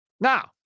Now